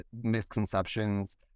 misconceptions